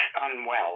unwell